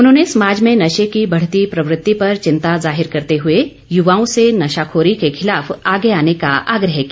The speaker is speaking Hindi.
उन्होंने समाज में नशे की बढ़ती प्रवृत्ति पर चिंता जाहिर करते हुए युवाओं से नशाखोरी के खिलाफ आगे आने का आग्रह किया